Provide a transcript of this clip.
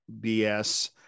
BS